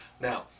Now